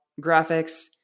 graphics